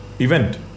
event